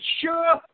sure